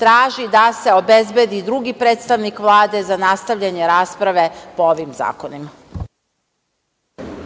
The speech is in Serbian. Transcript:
traži da se obezbedi drugi predstavnik Vlade za nastavljanje rasprave po ovim zakonima.